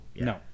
No